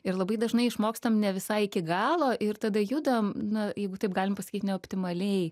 ir labai dažnai išmokstam ne visai iki galo ir tada judam na jeigu taip galim pasakyt neoptimaliai